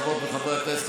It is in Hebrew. חברות וחברי הכנסת,